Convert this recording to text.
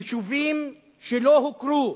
יישובים שלא הוכרו,